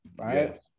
right